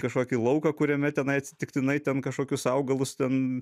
kažkokį lauką kuriame tenai atsitiktinai ten kažkokius augalus ten